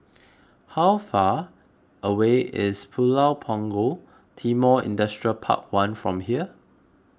how far away is Pulau Punggol Timor Industrial Park one from here